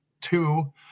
two